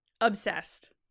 Obsessed